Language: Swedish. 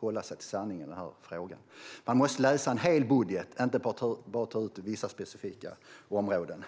hålla sig till sanningen i frågan. Man måste läsa hela budgeten och inte bara ta ut vissa specifika områden.